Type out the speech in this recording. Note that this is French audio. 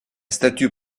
statue